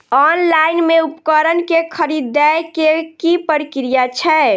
Online मे उपकरण केँ खरीदय केँ की प्रक्रिया छै?